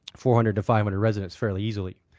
four hundred to five hundred residents fairly easily.